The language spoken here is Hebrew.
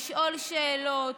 לשאול שאלות,